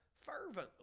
fervently